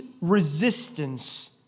resistance